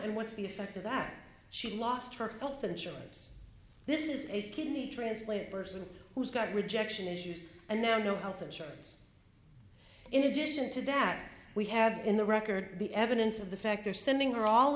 and what's the effect of back she lost her health insurance this is a kidney transplant person who's got rejection issues and now no health insurance in addition to that we have in the record the evidence of the fact they're sending her all